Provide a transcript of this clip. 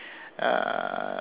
uh